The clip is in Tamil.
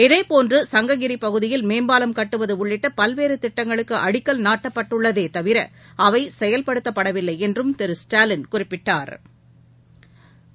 இதேபோன்று சங்ககிரி பகுதியில் மேம்பாலம் கட்டுவது உள்ளிட்ட பல்வேறு திட்டங்களுக்கு அடிக்கல் நாட்டப்பட்டுள்ளதே தவிர அவை செயல்படுத்தப்படவில்லை என்றும் திரு ஸ்டாலின் குறிப்பிட்டாள்